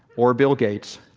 or bill gates,